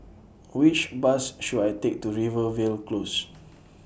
Which Bus should I Take to Rivervale Close